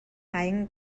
аян